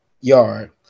yard